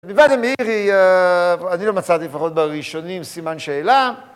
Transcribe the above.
מלבד המאירי, אני לא מצאתי, לפחות בראשונים, סימן שאלה.